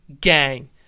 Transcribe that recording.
gang